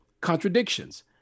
contradictions